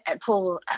Paul